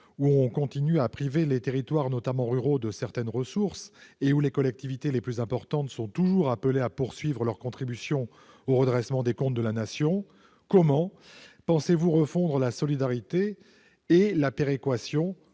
où l'on prive les territoires, notamment ruraux, de certaines ressources et où les collectivités les plus importantes sont appelées à poursuivre leur contribution au redressement des comptes de la Nation, comment imaginez-vous refondre le système de péréquation